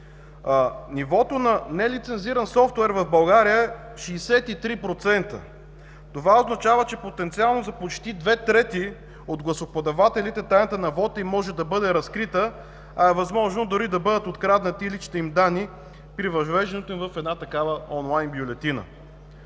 Нивото на нелицензиран софтуер в България е 63%. Това означава, че потенциално за почти две трети от гласоподавателите тайната на вота им може да бъде разкрита, а е възможно дори да бъдат откраднати личните им данни при въвеждането им в една такава онлайн бюлетина.